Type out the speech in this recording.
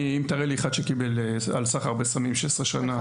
תראה לי אחד שקיבל על סחר בסמים 16 שנים.